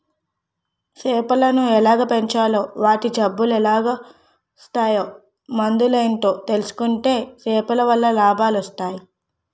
సేపలను ఎలాగ పెంచాలో వాటి జబ్బులెలాగోస్తాయో మందులేటో తెలుసుకుంటే సేపలవల్ల లాభాలొస్టయి